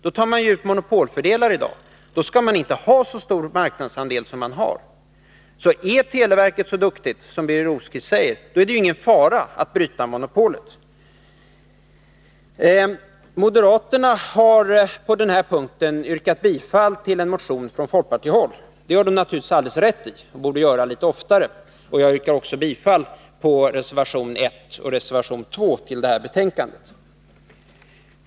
Då tar man ut monopolfördelar i dag. Då skulle man inte ha så stor marknadsandel som man har. Är televerket så duktigt som Birger Rosqvist säger är det ingen fara att bryta monopolet. Moderaterna har på den här punkten yrkat bifall till en motion från folkpartihåll. Det gör de naturligtvis alldeles rätt i, och detta borde de göra litet oftare. Jag yrkar också bifall till reservationerna 1 och 2 till det här betänkandet.